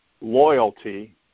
loyalty